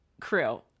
crew